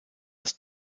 das